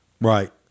Right